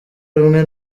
rumwe